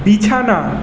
বিছানা